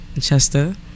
Chester